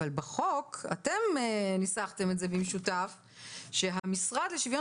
אבל בחוק אתם ניסחתם את זה במשותף שהמשרד לשוויון